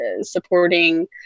supporting